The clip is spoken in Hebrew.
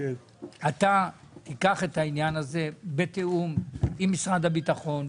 אתה תיקח את העניין הזה בתיאום עם משרד הביטחון,